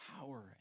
power